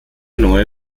neue